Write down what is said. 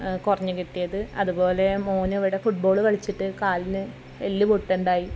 കുറഞ്ഞ് കിട്ടിയത് അത് പോലെ മോന് ഇവിടെ ഫുട്ബോൾ കളിച്ചിട്ട് കാലിന് എല്ല് പൊട്ട്ണ്ടായി